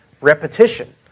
repetition